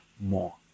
more